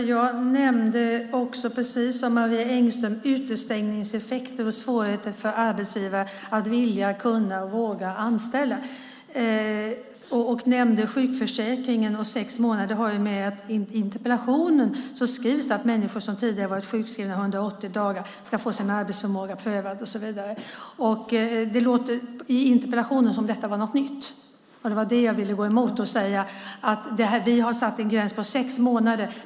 Herr talman! Jag nämnde, precis som Marie Engström, utestängningseffekter och svårigheter för arbetsgivare att vilja, kunna och våga anställa och dessutom nämnde jag sjukförsäkringen och dessa sex månader därför att i interpellationen står det att människor som tidigare har varit sjukskrivna i 180 dagar ska få sin arbetsförmåga prövad och så vidare. I interpellationen låter det som om detta var något nytt. Det var det jag ville gå emot och säga att vi har satt en gräns på sex månader.